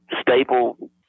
staple